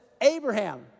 Abraham